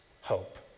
hope